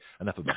enough